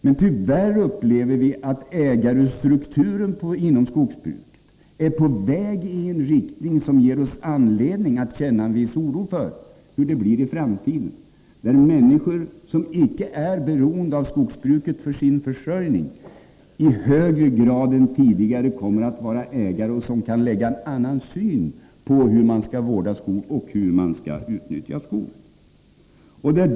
Men tyvärr är ägarstrukturen inom skogsbruket på väg att ändras i en riktning som ger oss anledning att känna en viss oro för hur det blir i framtiden, när skogsägarna i större utsträckning kommer att vara människor som icke är beroende av skogsbruket för sin försörjning; de kan anlägga en annan syn på hur man skall vårda och utnyttja skog.